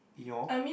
Eeyor